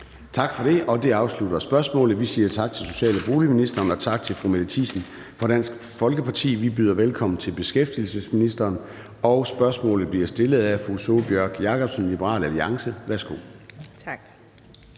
Tak for det. Det afslutter spørgsmålet, og vi siger tak til social- og boligministeren og tak til fru Mette Thiesen fra Dansk Folkeparti. Vi byder velkommen til beskæftigelsesministeren, og spørgsmålet bliver stillet af fru Sólbjørg Jakobsen, Liberal Alliance. Kl.